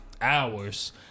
hours